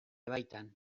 baitan